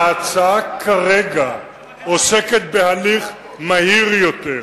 ההצעה כרגע עוסקת בהליך מהיר יותר.